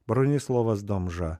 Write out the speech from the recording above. bronislovas domža